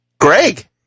Greg